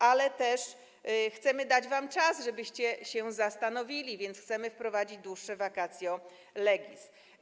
Ale też chcemy dać wam czas, żebyście się zastanowili, więc chcemy wprowadzić dłuższe vacatio legis.